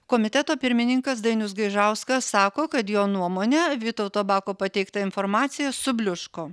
komiteto pirmininkas dainius gaižauskas sako kad jo nuomone vytauto bako pateikta informacija subliūško